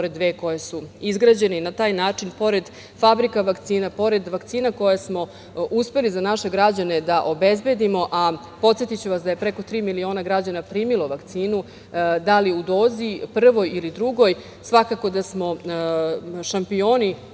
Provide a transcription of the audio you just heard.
pored dve koje su izgrađene i na taj način pored fabrika vakcina, pored vakcina koje smo uspeli za naše građane da obezbedimo, a podsetiću vas da je preko tri miliona građana primilo vakcinu, da li u dozi prvoj ili drugoj, svakako da smo šampioni